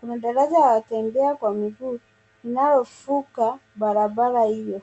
Kuna daraja ya watembea kwa miguu unaovuka barabara hio.